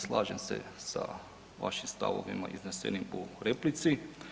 Slažem se sa vašim stavovima iznesenim u replici.